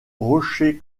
rocher